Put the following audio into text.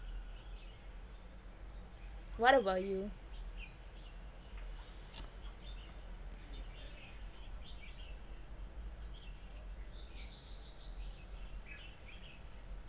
what about you